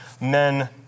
men